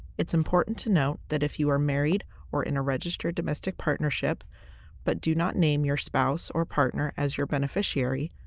it's important to note that if you are married or in a registered domestic partnership but do not name your spouse or partner as your beneficiary,